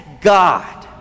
God